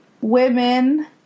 women